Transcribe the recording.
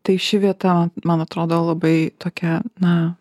tai ši vieta man atrodo labai tokia na